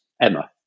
Emma